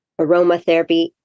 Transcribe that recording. aromatherapy